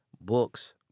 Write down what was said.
Books